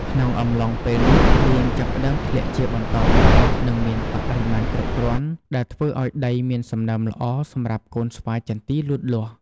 ក្នុងអំឡុងពេលនេះ ភ្លៀងចាប់ផ្តើមធ្លាក់ជាបន្តបន្ទាប់ និងមានបរិមាណគ្រប់គ្រាន់ ដែលធ្វើឱ្យដីមានសំណើមល្អសម្រាប់កូនស្វាយចន្ទីលូតលាស់។